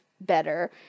better